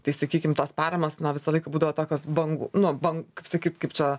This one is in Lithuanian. tai sakykim tos paramos na visą laiką būdavo tokios bang nu bang kaip sakyt kaip čia